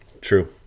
true